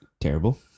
Terrible